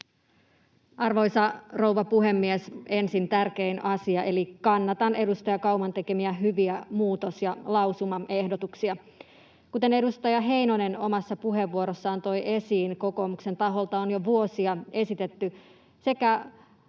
Arvoisa rouva puhemies! Ensin tärkein asia: kannatan edustaja Kauman tekemiä hyviä muutos- ja lausumaehdotuksia. Kuten edustaja Heinonen omassa puheenvuorossaan toi esiin, kokoomuksen taholta on jo vuosia esitetty sekä